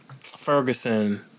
Ferguson